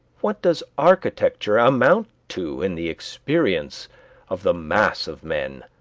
what does architecture amount to in the experience of the mass of men?